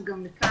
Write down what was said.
אז גם לכאן.